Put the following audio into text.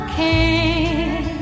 king